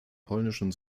polnischen